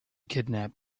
kidnap